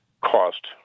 cost